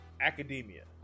academia